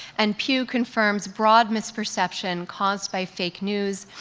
and pew confirms broad misperception caused by fake news,